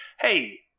hey